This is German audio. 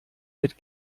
mit